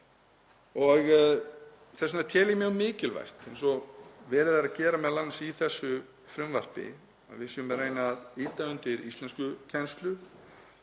og þess vegna tel ég mjög mikilvægt, eins og verið er að gera m.a. í þessu frumvarpi, að við séum að reyna að ýta undir íslenskukennslu.